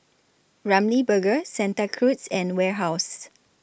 Ramly Burger Santa Cruz and Warehouse